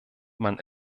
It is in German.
man